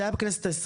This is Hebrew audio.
זה היה בכנסת ה-20,